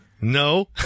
No